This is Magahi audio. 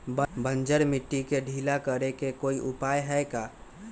बंजर मिट्टी के ढीला करेके कोई उपाय है का?